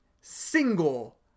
single